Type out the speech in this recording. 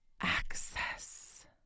access